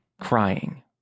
crying